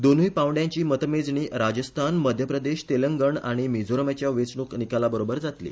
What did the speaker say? दोनूय पांवड्याची मतमेजणी राजस्थान मध्यप्रदेश तेलंगण आनी मिझोरमाच्या वेचणुक निकाला बरोबर जातली